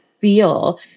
feel